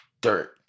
dirt